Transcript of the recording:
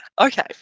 Okay